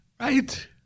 Right